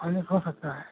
finance हो सकता है